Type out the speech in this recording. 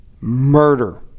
murder